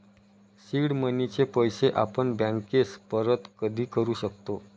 seed मनीचे पैसे आपण बँकेस परत कधी करू शकतो